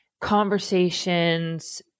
conversations